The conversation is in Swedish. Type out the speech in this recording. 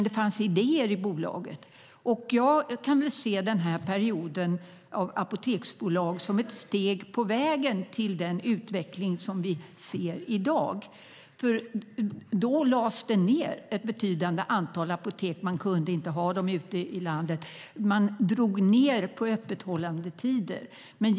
Det fanns dock idéer i bolaget. Jag ser den perioden med apoteksbolag som ett steg på vägen till den utveckling vi har i dag. Då lades ett betydande antal apotek ned. Man kunde inte ha dem ute i landet, och man drog ned på öppethållandetiderna.